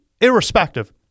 Irrespective